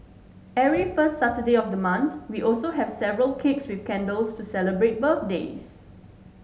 every first Saturday of the month we also have several cakes with candles to celebrate birthdays